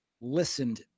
listened